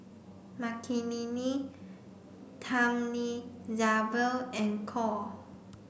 Makineni Thamizhavel and Choor